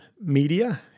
media